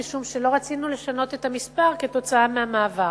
משום שלא רצינו לשנות את המספר כתוצאה מהמעבר.